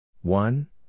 One